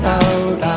out